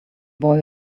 boy